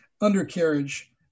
undercarriage